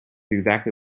exactly